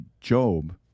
Job